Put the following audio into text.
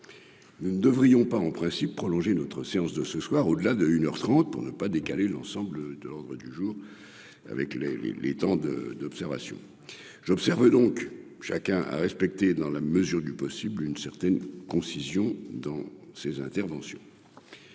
nous ne devrions pas en principe prolonger notre séance de ce soir, au delà de une heure 30 pour ne pas décaler l'ensemble de l'ordre du jour avec les, les, les temps de d'observation j'observe donc chacun à respecter dans la mesure du possible, une certaine concision dans ses interventions.